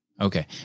Okay